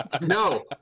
No